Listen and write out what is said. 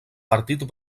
partit